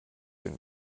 den